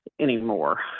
anymore